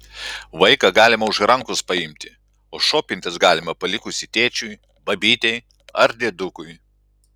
vaiką galima už rankos paimti o šopintis galima palikus jį tėčiui babytei ar diedukui